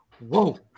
Whoa